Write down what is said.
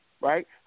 Right